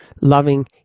loving